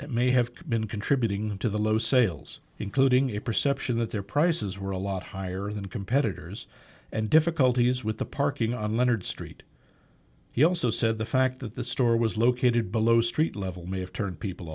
factors may have been contributing to the low sales including a perception that their prices were a lot higher than competitors and difficulties with the parking on leonard street he also said the fact that the store was located below street level may have turned people